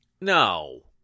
No